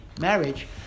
marriage